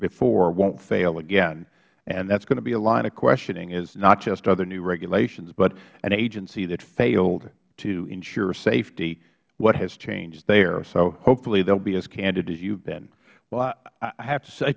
before won't fail again and that's going to be a line of questioning is not just other new regulations but an agency that failed to ensure safety what has changed there so hopefully they will be as candid as you've been governor barbour well i have to say